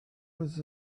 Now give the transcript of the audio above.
was